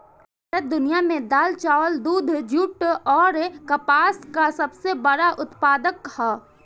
भारत दुनिया में दाल चावल दूध जूट आउर कपास का सबसे बड़ा उत्पादक ह